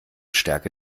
stärke